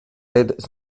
aides